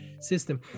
system